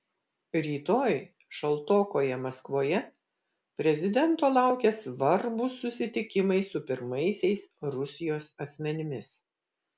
rytoj šaltokoje maskvoje prezidento laukia svarbūs susitikimai su pirmaisiais rusijos asmenimis